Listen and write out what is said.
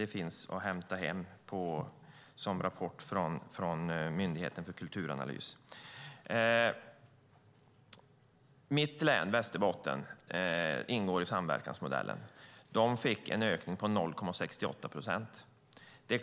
Den rapporten finns att hämta från Myndigheten för kulturanalys. Västerbottens län ingår i samverkansmodellen. Där fick man en ökning på 0,68 procent. I